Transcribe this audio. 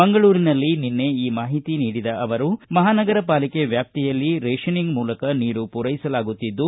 ಮಂಗಳೂರಿನಲ್ಲಿ ನಿನ್ನೆ ಈ ಮಾಹಿತಿ ನೀಡಿದ ಅವರು ಮಹಾನಗರಪಾಲಿಕೆ ವ್ವಾಪ್ತಿಯಲ್ಲಿ ರೇಷನಿಂಗ್ ಮೂಲಕ ನೀರು ಪೂರೈಸಲಾಗುತ್ತಿದ್ದು